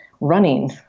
running